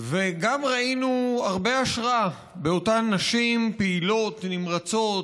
וגם ראינו הרבה השראה באותן נשים פעילות ונמרצות,